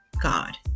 God